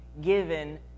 given